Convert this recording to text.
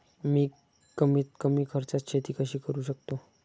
मी कमीत कमी खर्चात शेती कशी करू शकतो?